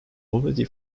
already